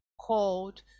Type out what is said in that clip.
called